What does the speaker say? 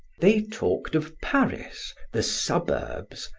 they talked of paris, the suburbs,